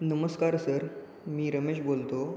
नमस्कार सर मी रमेश बोलतो